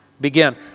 Begin